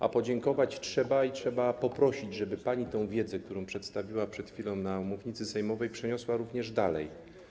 A podziękować trzeba i trzeba poprosić, żeby pani tę wiedzę, którą przedstawiła przed chwilą na mównicy sejmowej, przeniosła również dalej.